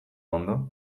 ondo